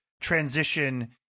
transition